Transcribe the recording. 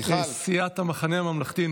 סיעת המחנה הממלכתי,